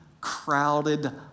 crowded